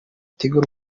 tigo